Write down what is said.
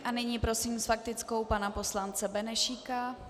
A nyní prosím s faktickou pana poslance Benešíka.